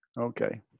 Okay